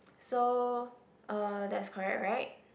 so uh that's correct right